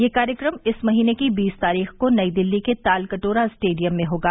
यह कार्यक्रम इस महीने की बीस तारीख को नई दिल्ली के तालकटोरा स्टेडियम में होगा